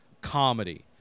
comedy